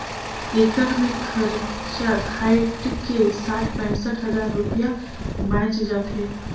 एकड़ मे खरचा कायट के साठ पैंसठ हजार रूपिया बांयच जाथे